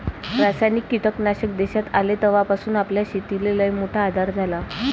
रासायनिक कीटकनाशक देशात आले तवापासून आपल्या शेतीले लईमोठा आधार झाला